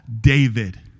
David